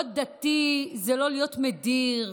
להיות דתי זה לא להיות מדיר,